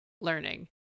learning